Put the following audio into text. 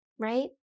Right